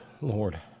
lord